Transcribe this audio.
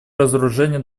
разоружение